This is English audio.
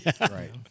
Right